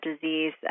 disease